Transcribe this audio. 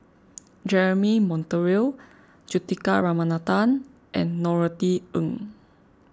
Jeremy Monteiro Juthika Ramanathan and Norothy Ng